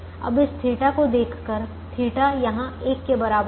अब इस थीटा को देखकर थीटा यहाँ 1 के बराबर है